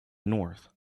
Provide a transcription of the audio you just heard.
north